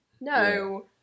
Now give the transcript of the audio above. no